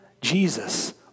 Jesus